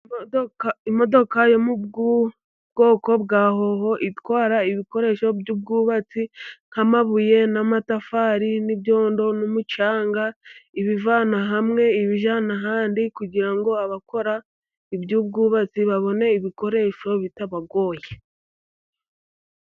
Imodoka yo mu bwoko bwa Hoho itwara ibikoresho by'ubwubatsi nk'amabuye n'amatafari n'ibyondo n'umucanga, ibivana hamwe ibijyana ahandi, kugira ngo abakora iby'ubwubatsi babone ibikoresho bitabagoye.